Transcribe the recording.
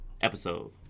episode